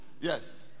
yes